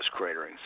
craterings